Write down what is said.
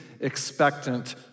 expectant